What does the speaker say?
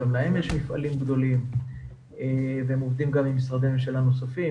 גם להם יש מפעלים גדולים והם עובדים גם עם משרדי ממשלה נוספים.